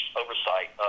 oversight